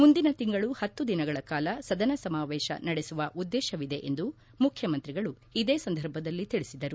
ಮುಂದಿನ ತಿಂಗಳು ಹತ್ತು ದಿನಗಳ ಕಾಲ ಸದನ ಸಮಾವೇಶ ನಡೆಸುವ ಉದ್ದೇಶವಿದೆ ಎಂದು ಮುಖ್ಯಮಂತ್ರಿಗಳು ಇದೇ ಸಂದರ್ಭದಲ್ಲಿ ತಿಳಿಸಿದರು